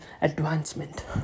advancement